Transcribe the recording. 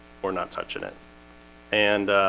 we're not touching it and